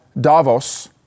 Davos